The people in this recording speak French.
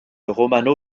romano